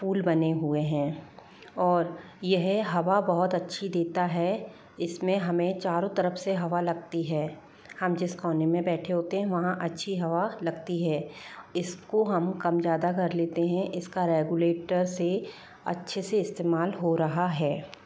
फूल बने हुए हैं और यह हवा बहुत अच्छी देता है इसमें हमें चारो तरफ़ से हवा लगती है हम जिस कोने में बैठे होते है वहाँ अच्छी हवा लगती है इसको हम कम ज्यादा कर लेते हैं इसका रेगुलेटर से अच्छे से इस्तेमाल हो रहा है